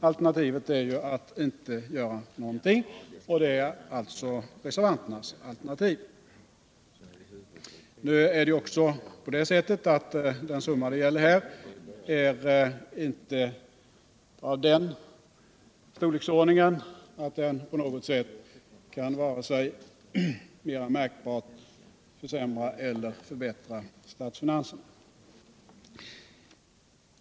Alternativet är att inte göra någonting. Det är reservanternas alternativ. Den summa det här gäller är inte av den storleken att den på något märkbart sätt kan vare sig försämra eller förbättra statsfinanserna.